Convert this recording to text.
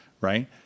Right